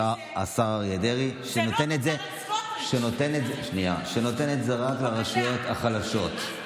השר אריה דרעי, שנותן את זה רק לרשויות החלשות.